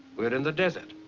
we're in the desert.